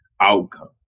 outcome